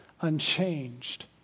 unchanged